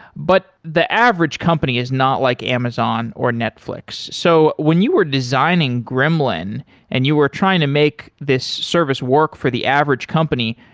but the average company is not like amazon or netflix. so when you are designing gremlin and you were trying to make this service work for the average company,